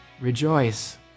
rejoice